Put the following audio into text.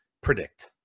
predict